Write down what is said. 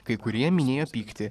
kai kurie minėjo pyktį